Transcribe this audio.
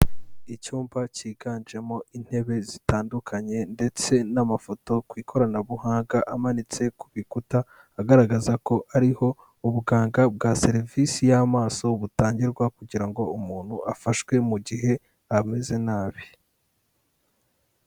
Icyumba cyiganjemo intebe zitandukanye ndetse n'amafoto ku ikoranabuhanga amanitse ku bikuta, agaragaza ko ariho ubuganga bwa serivisi y'amaso butangirwa kugira ngo umuntu afashwe mu gihe ameze nabi.